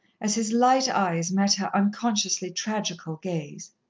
as his light eyes met her unconsciously tragical gaze.